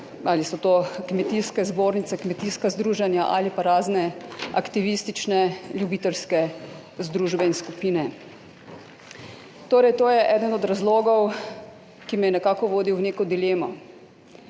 ali so to kmetijske zbornice, kmetijska združenja ali pa razne aktivistične ljubiteljske združbe in skupine. Torej to je eden od razlogov, ki me je nekako vodil v neko dilemo,